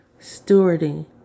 stewarding